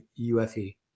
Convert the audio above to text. UFE